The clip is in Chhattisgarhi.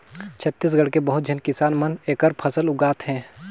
छत्तीसगढ़ के बहुत झेन किसान मन एखर फसल उगात हे